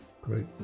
Great